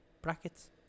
Brackets